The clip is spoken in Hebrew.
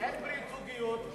אין ברית זוגיות,